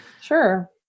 Sure